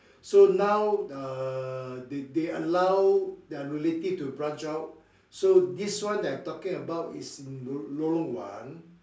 so now uh they they allow their relative to branch out so this one that I am talking about is in lorong one